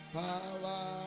power